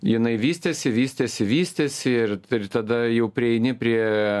jinai vystėsi vystėsi vystėsi ir ir tada jau prieini prie